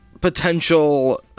...potential